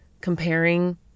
comparing